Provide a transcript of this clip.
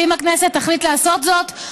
ואם הכנסת תחליט לעשות זאת,